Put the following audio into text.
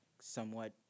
somewhat